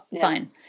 Fine